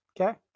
Okay